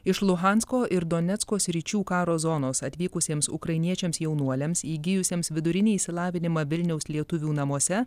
iš luhansko ir donecko sričių karo zonos atvykusiems ukrainiečiams jaunuoliams įgijusiems vidurinį išsilavinimą vilniaus lietuvių namuose